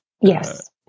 Yes